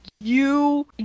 you-